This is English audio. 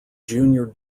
junior